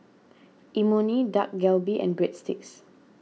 Imoni Dak Galbi and Breadsticks